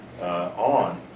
on